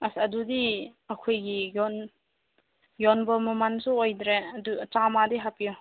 ꯑꯁ ꯑꯗꯨꯗꯤ ꯑꯩꯈꯣꯏꯒꯤ ꯌꯣꯟꯕ ꯃꯃꯟꯁꯨ ꯑꯣꯏꯗ꯭ꯔꯦ ꯑꯗꯨ ꯆꯥꯝꯃꯗꯤ ꯍꯥꯞꯄꯤꯌꯣ